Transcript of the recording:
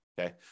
okay